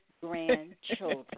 grandchildren